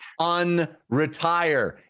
unretire